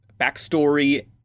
backstory